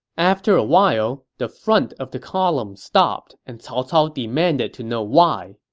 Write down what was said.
after a while, the front of the column stopped, and cao cao demanded to know why.